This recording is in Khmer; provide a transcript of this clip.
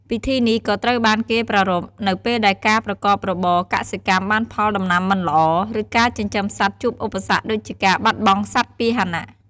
ពិធីនេះក៏ត្រូវបានគេប្រារព្ធ នៅពេលដែលការប្រកបរបរកសិកម្មបានផលដំណាំមិនល្អ ឬការចិញ្ចឹមសត្វជួបឧបសគ្គដូចជាបាត់បង់សត្វពាហន។